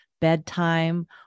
bedtime